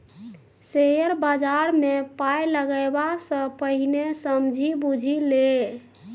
share बजारमे पाय लगेबा सँ पहिने समझि बुझि ले